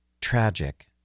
tragic